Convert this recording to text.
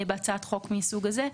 בהצעת חוק מסוג כזה,